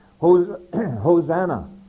Hosanna